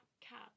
cat